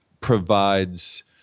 provides